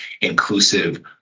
inclusive